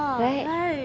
right